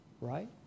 right